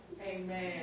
Amen